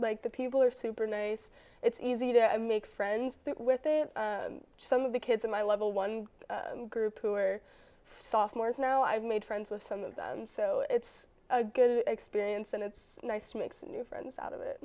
like the people are super nice it's easy to make friends with some of the kids in my level one group who are softwares know i've made friends with some of them so it's a good experience and it's nice to make some new friends out of it